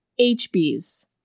HBs